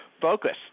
focus